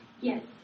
Yes